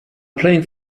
playing